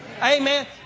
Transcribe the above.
Amen